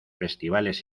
festivales